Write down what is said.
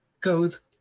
goes